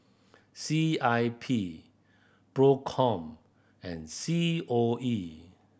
C I P Procom and C O E